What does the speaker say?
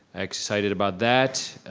excited about that.